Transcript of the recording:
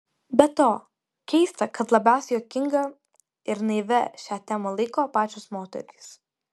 be to keista kad labiausiai juokinga ir naivia šią temą laiko pačios moterys